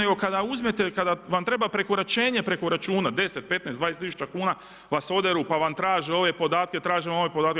Nego kada uzmete, kada vam treba prekoračenje preko računa, 10, 15, 20 tisuća kuna vas oderu pa vas traže ove podatke, traže one podatke.